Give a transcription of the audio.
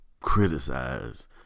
criticize